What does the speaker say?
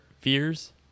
fears